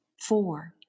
Four